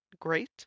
great